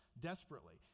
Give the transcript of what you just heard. desperately